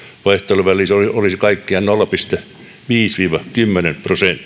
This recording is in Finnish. vaihteluväli olisi kaikkiaan nolla pilkku viisi viiva kymmenen prosenttia